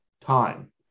time